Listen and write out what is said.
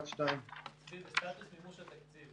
סטטוס מימוש התקציב.